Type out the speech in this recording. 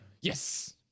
Yes